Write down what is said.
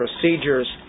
procedures